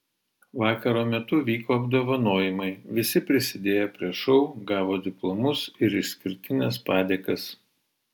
vakaro metu vyko apdovanojimai visi prisidėję prie šou gavo diplomus ir išskirtines padėkas